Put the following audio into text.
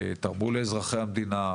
תרמו לאזרחי המדינה,